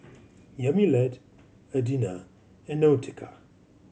Yamilet Adina and Nautica